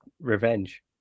revenge